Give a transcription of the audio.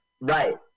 Right